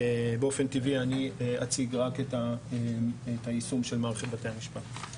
באופן טבעי אני אציג רק את היישום של מערכת בתי המשפט.